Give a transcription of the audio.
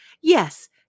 Yes